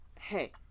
Hey